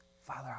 Father